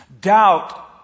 Doubt